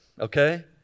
okay